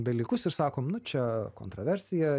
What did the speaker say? dalykus ir sakom nu čia kontroversija